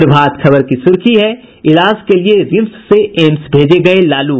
प्रभात खबर की सुर्खी है इलाज के लिए रिम्स से एम्स भेजे गये लालू